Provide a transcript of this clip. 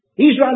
Israel